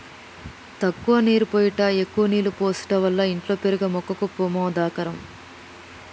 తక్కువ నీరు పోయుట ఎక్కువ నీళ్ళు పోసుట వల్ల ఇంట్లో పెరిగే మొక్కకు పెమాదకరం